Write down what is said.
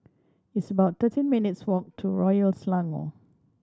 it's about thirteen minutes' walk to Royal Selangor